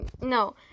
No